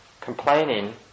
complaining